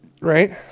right